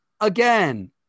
Again